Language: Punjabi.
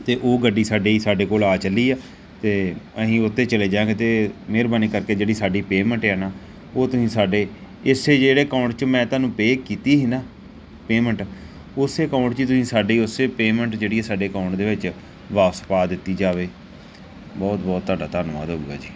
ਅਤੇ ਉਹ ਗੱਡੀ ਸਾਡੀ ਸਾਡੇ ਕੋਲ ਆ ਚੱਲੀ ਆ ਅਤੇ ਅਸੀਂ ਉਹ 'ਤੇ ਚਲੇ ਜਾਵਾਂਗੇ ਅਤੇ ਮਿਹਰਬਾਨੀ ਕਰਕੇ ਜਿਹੜੀ ਸਾਡੀ ਪੇਮੈਂਟ ਆ ਨਾ ਉਹ ਤੁਸੀਂ ਸਾਡੇ ਇਸੇ ਜਿਹੜੇ ਅਕਾਊਂਟ 'ਚ ਮੈਂ ਤੁਹਾਨੂੰ ਪੇ ਕੀਤੀ ਸੀ ਨਾ ਪੇਮੈਂਟ ਉਸੇ ਅਕਾਊਂਟ 'ਚ ਤੁਸੀਂ ਸਾਡੀ ਉਸੇ ਪੇਮੈਂਟ ਜਿਹੜੀ ਆ ਸਾਡੇ ਅਕਾਊਂਟ ਦੇ ਵਿੱਚ ਵਾਪਸ ਪਾ ਦਿੱਤੀ ਜਾਵੇ ਬਹੁਤ ਬਹੁਤ ਤੁਹਾਡਾ ਧੰਨਵਾਦ ਹੋਊਗਾ ਜੀ